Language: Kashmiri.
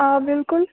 آ بلکُل